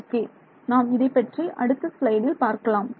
okay நாம் இதைப்பற்றி அடுத்த ஸ்லைடில் பார்க்கலாம்